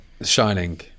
Shining